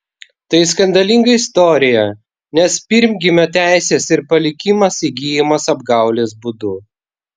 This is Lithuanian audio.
tai skandalinga istorija nes pirmgimio teisės ir palikimas įgyjamas apgaulės būdu